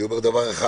אני אומר דבר אחד.